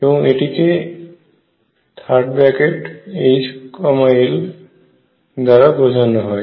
এবং এটিকে HL দ্বারা বোঝানো হয়